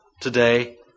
today